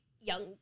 young